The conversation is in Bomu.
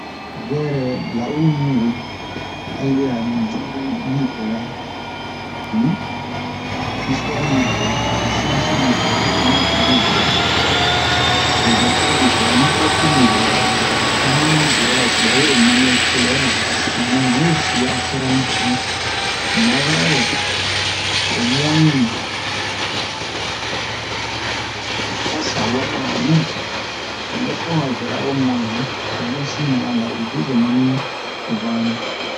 zɛrɛ la'uru mi we ayibɛ'a mi ju livrera um istuwari livrera siyansi livrera mati livrera redaksiyon livrera literatire livrera ho han beraso ɓa wero maniyɛl sikolɛrira han siyan nɛ mi we se a sera mi tonu mu ma zan oro o muwan yi mi a sabwa mina o nu ho muyɛsi oma vɛra o muwan ji a bun si ɲan a la'uru-dezo mami vanle